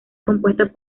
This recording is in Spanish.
compuestas